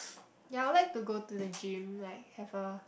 ya I will like to go to the gym like have a